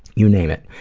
you name it.